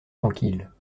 tranquilles